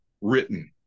written